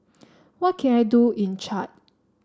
what can I do in Chad